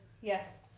Yes